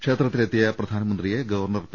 ക്ഷേത്ര ത്തിലെത്തിയ പ്രധാനമന്ത്രിയെ ഗവർണർ പി